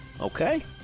Okay